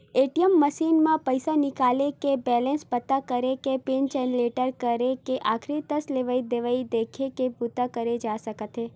ATM machine म पइसा निकाले के, बेलेंस पता करे के, पिन जनरेट करे के, आखरी दस लेवइ देवइ देखे के बूता करे जा सकत हे